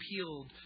appealed